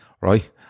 right